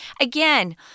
Again